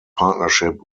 partnership